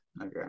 Okay